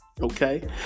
Okay